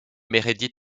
meredith